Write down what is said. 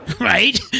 Right